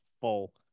full